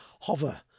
Hover